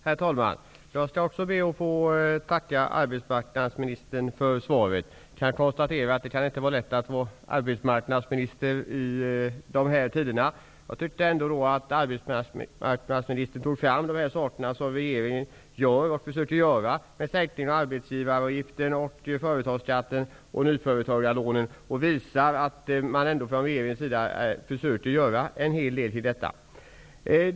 Herr talman! Jag skall också be att få tacka arbetsmarknadsministern för svaret. Det kan inte vara lätt att vara arbetsmarknadsminister i dessa tider. Jag tyckte ändå att arbetsmarknadsministern tog fram det som regeringen gör och försöker göra. Han nämnde sänkningen av arbetsgivaravgifterna och företagsskatten samt lånen för nyföretagande, som visar att man från regeringens sida försöker göra en hel del.